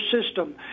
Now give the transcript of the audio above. system